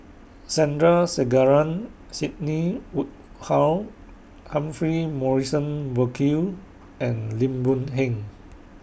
Sandrasegaran Sidney Woodhull Humphrey Morrison Burkill and Lim Boon Heng